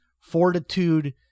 Fortitude